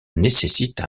nécessite